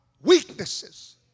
weaknesses